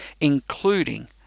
including